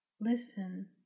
listen